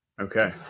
Okay